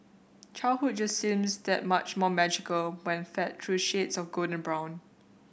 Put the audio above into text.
childhood just seems that much more magical when fed through shades of golden brown